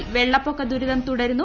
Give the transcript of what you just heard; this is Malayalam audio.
അസമിൽ വെള്ളപ്പൊക്ക ദുരിതം തുടരുന്നു